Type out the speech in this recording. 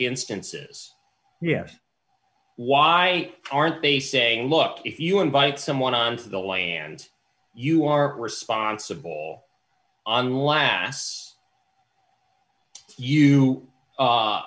instances yes why aren't they saying look if you invite someone on to the land you are responsible on last you